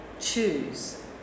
choose